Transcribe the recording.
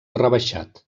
rebaixat